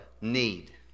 Need